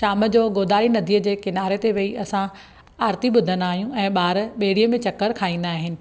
शाम जो गोदावरी नदीअ जे किनारे ते वेही असां आरिती ॿुधंदा आहियूं ऐं ॿार ॿेड़ीअ में चकर खाईंदा आहिनि